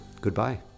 goodbye